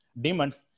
demons